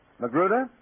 Magruder